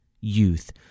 youth